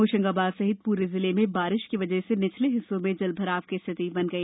होशंगाबाद सहित पूरे जिले में बारिश की वजह से निचले हिस्सों में जलभराव की स्थिति बन गई